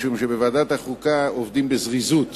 משום שבוועדת החוקה עובדים בזריזות,